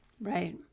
Right